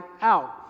out